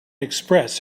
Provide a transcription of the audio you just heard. express